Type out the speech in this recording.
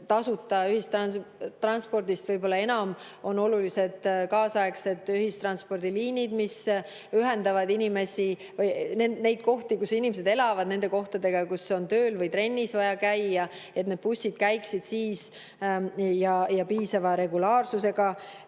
tasuta ühistranspordist võib-olla enam on olulised kaasaegsed ühistranspordiliinid, mis ühendavad neid kohti, kus inimesed elavad, nende kohtadega, kus on tööl või trennis vaja käia, ja et need bussid käiksid piisava regulaarsusega,